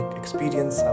experience